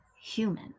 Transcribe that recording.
human